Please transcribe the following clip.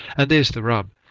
and there's the rub,